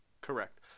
Correct